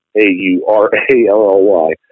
A-U-R-A-L-L-Y